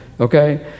okay